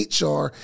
HR